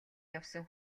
явсан